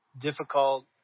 difficult